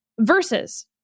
versus